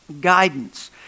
guidance